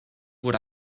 what